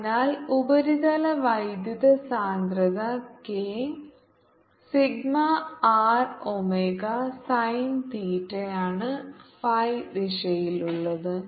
അതിനാൽ ഉപരിതല വൈദ്യുത സാന്ദ്രത K sigma R omega sine തീറ്റയാണ് ഫൈ ദിശയിലുള്ളത്